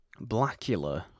Blackula